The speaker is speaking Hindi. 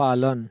पालन